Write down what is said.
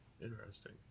Interesting